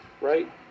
right